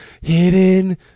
hidden